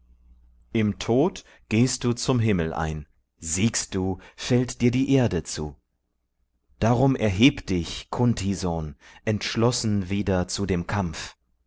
im tod gehst du zum himmel ein siegst du fällt dir die erde zu darum erheb dich kunt sohn entschlossen wieder zu dem kampf